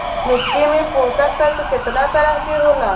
मिट्टी में पोषक तत्व कितना तरह के होला?